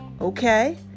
Okay